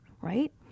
right